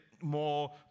more